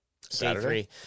Saturday